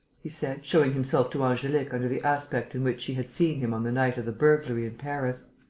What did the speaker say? he said, showing himself to angelique under the aspect in which she had seen him on the night of the burglary in paris.